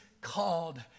called